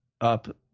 up